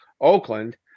Oakland